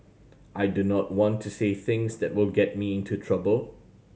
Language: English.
I do not want to say things that will get me into trouble